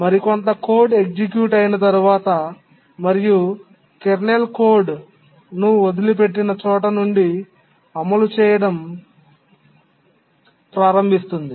మరికొంత code execute అయిన తర్వాత మరియు కెర్నల్ కోడ్ను వదిలిపెట్టిన చోట నుండి అమలు చేయడం ప్రారంభిస్తుంది